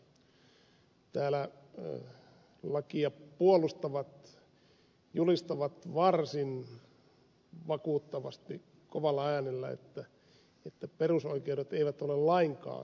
täällä lakia puolustavat julistavat varsin vakuuttavasti kovalla äänellä että perusoikeudet eivät ole lainkaan uhattuina